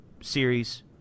series